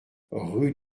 rue